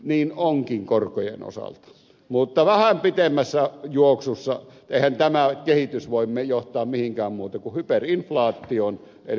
niin onkin korkojen osalta mutta vähän pitemmässä juoksussa eihän tämä kehitys voi johtaa mihinkään muuhun kuin hyperinflaatioon